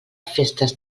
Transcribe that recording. festes